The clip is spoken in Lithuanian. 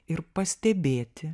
ir pastebėti